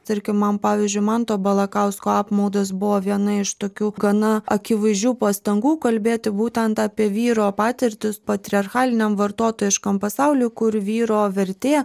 tarkim man pavyzdžiui manto balakausko apmaudas buvo viena iš tokių gana akivaizdžių pastangų kalbėti būtent apie vyro patirtis patriarchaliniam vartotojiškam pasauliui kur vyro vertė